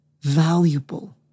valuable